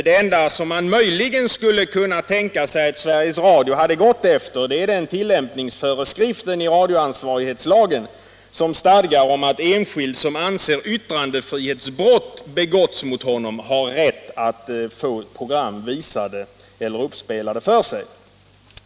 Det enda som man möjligen skulle kunna tänka sig att Sveriges Radio hade gått efter är den tillämpningsföreskrift i radioansvarighetslagen som stadgar att enskild som anser att yttrandefrihetsbrott har begåtts mot honom har rätt att få program visade eller uppspelade för sig.